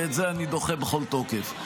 ואת זה אני דוחה בכל תוקף.